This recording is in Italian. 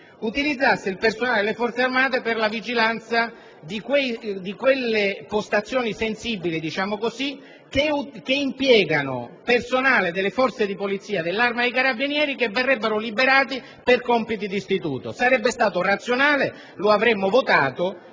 utilizzasse il personale della Forze armate per la vigilanza di quelle postazioni sensibili che impiegano personale delle Forze di polizia e dell'Arma dei carabinieri che verrebbe liberato per compiti d'istituto. Sarebbe stato razionale, lo avremmo votato.